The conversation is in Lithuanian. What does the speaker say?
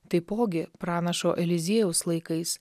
taipogi pranašo eliziejaus laikais